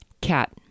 Cat